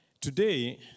today